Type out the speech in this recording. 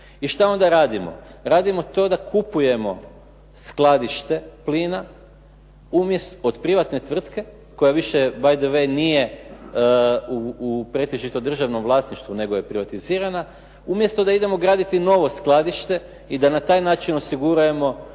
I šta onda radimo? Radimo to da kupujemo skladište plina pod privatne tvrtke, koja više by the way nije u pretežito državnom vlasništvu, nego je privatizirana. Umjesto da idemo graditi novo skladište i da na taj način osiguravamo